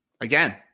Again